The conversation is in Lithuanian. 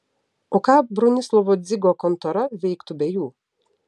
o ką bronislovo dzigo kontora veiktų be jų